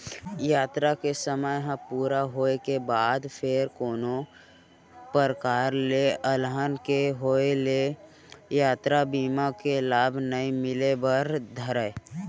यातरा के समे ह पूरा होय के बाद फेर कोनो परकार ले अलहन के होय ले यातरा बीमा के लाभ नइ मिले बर धरय